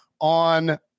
on